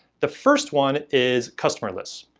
the first one is customer list.